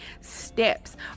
steps